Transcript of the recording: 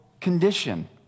condition